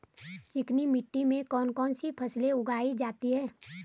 चिकनी मिट्टी में कौन कौन सी फसल उगाई जाती है?